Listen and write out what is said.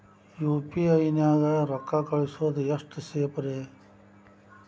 UPI ನ್ಯಾಗ ರೊಕ್ಕ ಕಳಿಸೋದು ಎಷ್ಟ ಸೇಫ್ ರೇ?